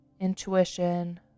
intuition